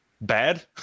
bad